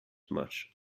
much